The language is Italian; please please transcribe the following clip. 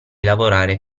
lavorare